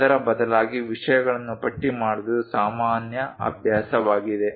ಅದರ ಬದಲಾಗಿ ವಿಷಯಗಳನ್ನು ಪಟ್ಟಿ ಮಾಡುವುದು ಸಾಮಾನ್ಯ ಅಭ್ಯಾಸವಾಗಿದೆ